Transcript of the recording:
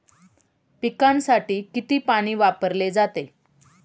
पिकांसाठी किती पाणी वापरले जाते?